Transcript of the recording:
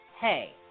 hey